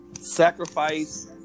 sacrifice